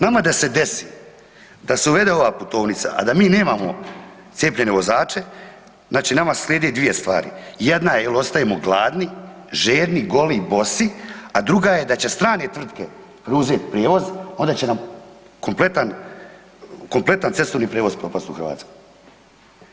Nama da se desi da se uvede ova putovnica, a da mi nemamo cijepljene vozače znači nama slijede dvije stvari, jedna je jel ostajemo gladni, žedni, goli i bosi, a druga je da će strane tvrtke preuzet prijevoz onda će nam kompletan cestovni prijevoz propast u Hrvatskoj.